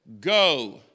go